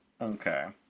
Okay